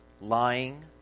Lying